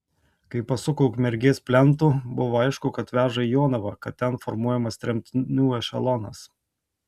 kai pasuko ukmergės plentu buvo aišku kad veža į jonavą kad ten formuojamas tremtinių ešelonas